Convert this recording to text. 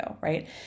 Right